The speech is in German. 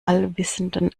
allwissenden